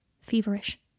feverish